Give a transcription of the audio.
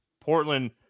portland